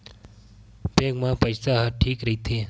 Bank मा पईसा ह ठीक राइथे?